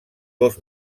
dos